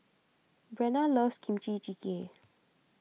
Brenna loves Kimchi Jjigae